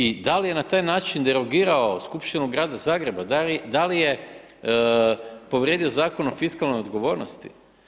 I da li je na taj način derogirao skupštinu grada Zagreba, da li je povrijedio Zakon o fiskalnoj odgovornosti?